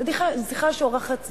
זו שיחה שאורכת זמן,